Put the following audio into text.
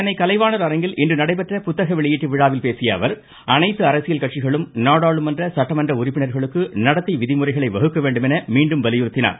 சென்னை கலைவாணர் அரங்கில் இன்று நடைபெற்ற புத்தக வெளியீட்டு விழாவில் பேசிய அவர் அனைத்து அரசியல் கட்சிகளும் நாடாளுமன்ற சட்டமன்ற உறுப்பினர்களுக்கு நடத்தை விதிமுறைகளை வகுக்க வேண்டும் என மீண்டும் வலியுறுத்தினார்